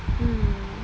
mm